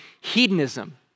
hedonism